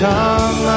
Come